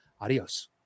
Adios